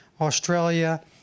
Australia